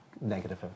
Negative